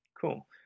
Cool